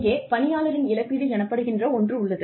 இங்கே பணியாளரின் இழப்பீடு எனப்படுகின்ற ஒன்று உள்ளது